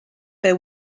fel